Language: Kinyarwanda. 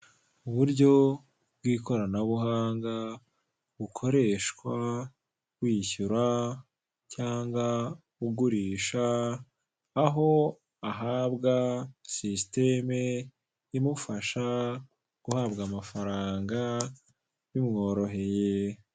Uburyo bw'ikoranabuhanga, bukoreshwa wishyura cyanga ugurisha, aho ahabwa sisiteme imufasha guhabwa amafaranga bimworoheye.